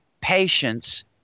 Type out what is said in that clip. patience